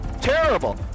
Terrible